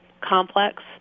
complex